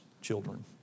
children